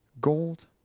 Gold